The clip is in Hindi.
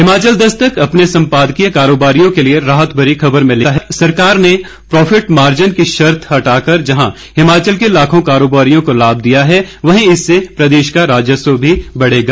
हिमाचल दस्तक अपने संपादकीय कारोबारियों के लिए राहत भरी खबर में लिखता है कि सरकार ने प्रोफिट मार्जन की शर्त हटाकर जहां हिमाचल के लाखों कारोबारियों को लाभ दिया है वहीं इससे प्रदेश का राजस्व भी बढ़ेगा